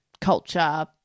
culture